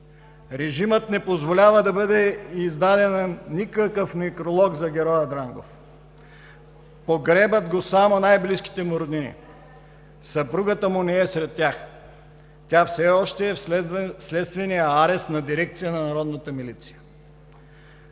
Режимът не позволява да бъде издаден никакъв некролог за героя Дрангов. Погребват го само най-близките му роднини. Съпругата му не е сред тях. Тя все още е в следствения арест на Дирекция на Народната милиция.